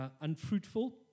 unfruitful